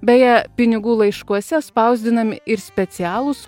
beje pinigų laiškuose spausdinami ir specialūs